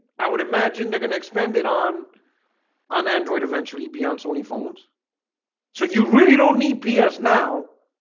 i would imagine they're gonna expand it on ah, nandroid eventually beyond sony phones so you really don't need ps now?